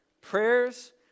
prayers